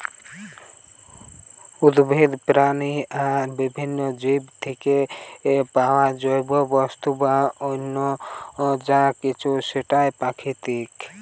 উদ্ভিদ, প্রাণী আর বিভিন্ন জীব থিকে পায়া জৈব বস্তু বা অন্য যা কিছু সেটাই প্রাকৃতিক